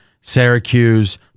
Syracuse